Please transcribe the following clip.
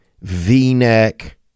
V-neck